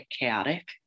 chaotic